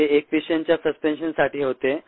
ते एकपेशींयांच्या ससपेन्शनसाठी होते